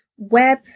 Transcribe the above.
Web